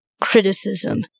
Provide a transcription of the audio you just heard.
criticism